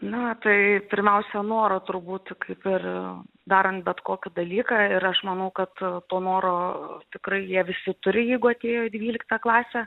na tai pirmiausia noro turbūt kaip ir darant bet kokį dalyką ir aš manau kad to noro tikrai jie visi turi jeigu atėjo į dvyliktą klasę